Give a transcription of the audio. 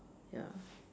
ya